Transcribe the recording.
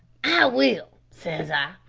i will says i,